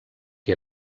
que